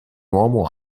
uomo